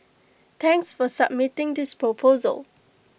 thanks for submitting this proposal